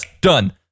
done